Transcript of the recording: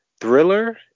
Thriller